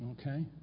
Okay